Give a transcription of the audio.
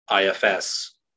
ifs